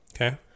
Okay